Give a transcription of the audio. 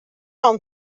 ond